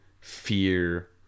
fear